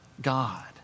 God